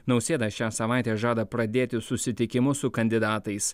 nausėda šią savaitę žada pradėti susitikimus su kandidatais